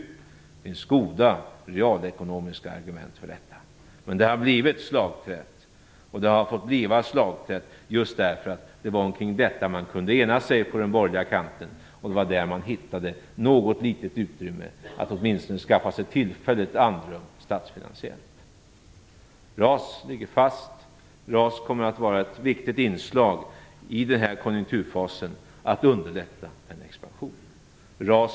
Det finns goda realekonomiska argument för detta. Men förslaget har blivit ett slagträ. Det har blivit ett slagträ just därför att det var omkring detta förslag man kunde ena sig på den borgerliga kanten. Det var där man hittade något litet utrymme att åtminstone tillfälligt skaffa sig andrum statsfinansiellt. RAS ligger fast. RAS kommer att vara ett viktigt inslag i arbetet för att underlätta en expansion i denna konjunkturfas.